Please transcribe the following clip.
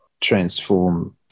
transform